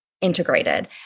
integrated